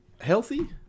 healthy